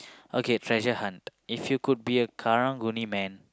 okay treasure hunt if you could be a karang-guni-man